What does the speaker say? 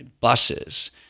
buses